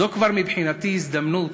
זו כבר מבחינתי הזדמנות